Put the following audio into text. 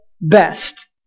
best